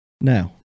Now